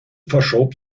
verschob